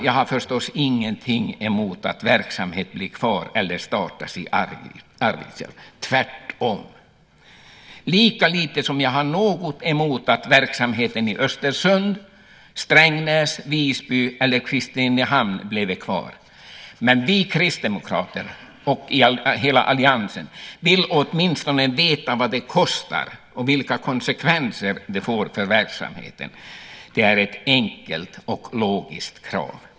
Jag har förstås ingenting emot att verksamhet blir kvar eller startas i Arvidsjaur, tvärtom. Lika lite skulle jag ha något emot att verksamheten i Östersund, Strängnäs, Visby eller Kristinehamn blev kvar. Men vi kristdemokrater och hela alliansen vill åtminstone veta vad det kostar och vilka konsekvenser det får för verksamheten. Det är ett enkelt och logiskt krav.